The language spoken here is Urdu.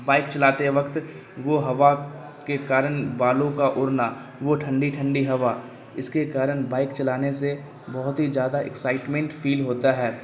بائک چلاتے وقت وہ ہوا کے کارن بالوں کا اڑنا وہ ٹھنڈی ٹھنڈی ہوا اس کے کارن بائک چلانے سے بہت ہی زیادہ ایکسائٹمنٹ فیل ہوتا ہے